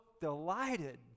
delighted